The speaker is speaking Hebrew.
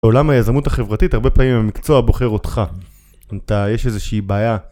בעולם היזמות החברתית הרבה פעמים המקצוע בוחר אותך. אתה, יש איזושהי בעיה.